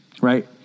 Right